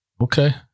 Okay